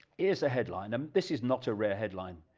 is a headline, um this is not a rare headline,